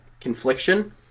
confliction